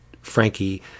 Frankie